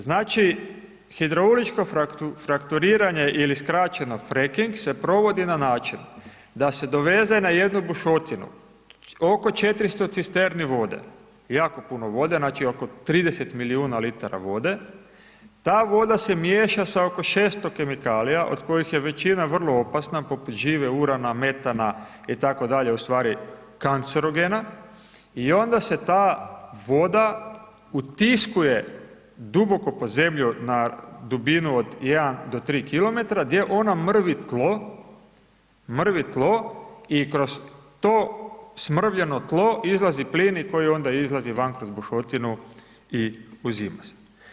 Znači, hidrauličko frakturiranje ili skraćeno fracking se provi na način da se doveze na jednu bušotinu oko 400 cisterni vode, jako puno vode znači oko 30 milijuna litara vode, ta voda se miješa sa oko 600 kemikalija od kojih je većina vrlo opasna poput žive, urana, metana i tako dalje, u stvari kancerogena i onda se ta voda utiskuje duboko pod zemlju na dubinu od 1 do 3 kilometra gdje ona mrvi tlo, mrvi tlo i kroz to smrvljeno tlo izlazi plin, i koji onda izlazi van kroz bušotinu i uzima se.